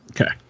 Okay